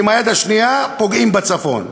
ועם היד השנייה פוגעים בצפון.